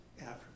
africa